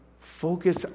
focus